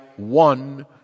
one